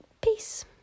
peace